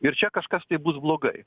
ir čia kažkas tai bus blogai